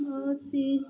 बहुत सी